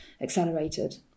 accelerated